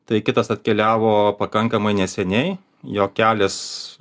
tai kitas atkeliavo pakankamai neseniai jo kelias